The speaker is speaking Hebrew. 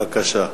בבקשה.